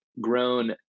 grown